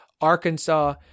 Arkansas